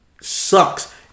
sucks